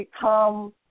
become